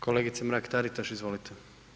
Kolegice Mrak Taritaš, izvolite.